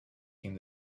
came